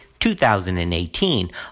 2018